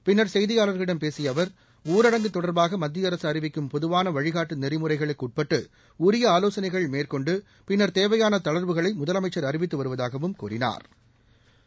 பின்னர் செய்தியாளர்களிடம் பேசிய அவர் ஊரடங்கு தொடர்பாக மத்திய அரசு அறிவிக்கும் பொதுவான வழிகாட்டு நெறிமுறைகளுக்குட்பட்டு உரிய ஆலோசனைகள் மேற்கொண்டு பின்னா் தேவையான தளா்வுகளை முதலமைச்சா் அறிவித்து வருவதாகவும் கூறினாா்